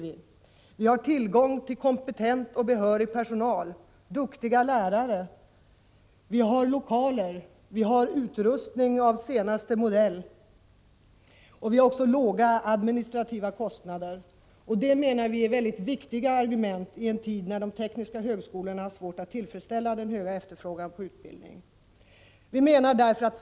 Vi har tillgång till kompetent och behörig personal, duktiga lärare, lokaler och utrustning av senaste modell liksom låga administrativa kostnader. Det är viktiga argument i en tid då de tekniska högskolorna har svårt att tillfredsställa den stora efterfrågan på utbildning.